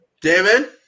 David